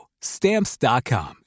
Stamps.com